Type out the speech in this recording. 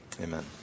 amen